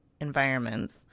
environments